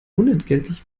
unentgeltlich